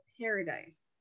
paradise